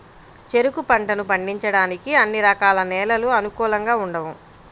చెరుకు పంటను పండించడానికి అన్ని రకాల నేలలు అనుకూలంగా ఉండవు